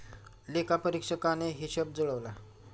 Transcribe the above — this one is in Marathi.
लेखापरीक्षकाने हिशेब जुळवला